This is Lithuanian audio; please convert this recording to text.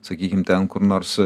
sakykime ten kur nors